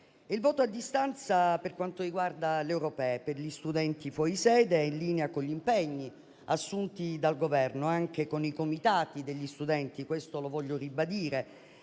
del voto a distanza per quanto riguarda le europee per gli studenti fuorisede. Esso è in linea con gli impegni assunti dal Governo anche con i comitati degli studenti - questo lo voglio ribadire